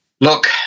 Look